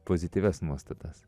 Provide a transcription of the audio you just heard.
pozityvias nuostatas